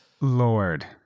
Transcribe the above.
lord